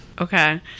Okay